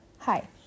Hi